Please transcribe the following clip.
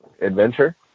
adventure